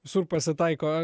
visur pasitaiko